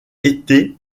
été